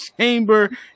Chamber